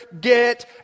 get